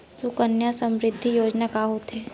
सुकन्या समृद्धि योजना का होथे